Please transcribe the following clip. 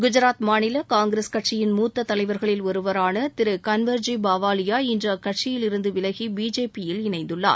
குஜராத் மாநில காங்கிரஸ் கட்சியின் மூத்த தலைவர்களில் ஒருவரான திரு கன்வர்ஜி பாவாலியா இன்று அக்கட்சியில் இருந்து விலகி பிஜேபியில் இணைந்துள்ளார்